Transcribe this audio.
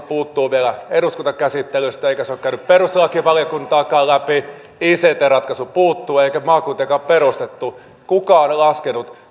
puuttuu vielä eduskuntakäsittelystä eikä se ole käynyt perustuslakivaliokuntaakaan läpi ict ratkaisu puuttuu eikä maakuntiakaan perustettu kuka on laskenut